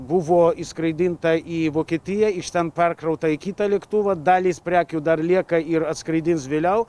buvo išskraidinta į vokietiją iš ten perkrauta į kitą lėktuvą dalys prekių dar lieka ir atskraidins vėliau